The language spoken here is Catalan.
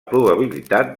probabilitat